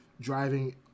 driving